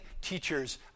teachers